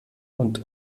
und